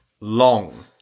long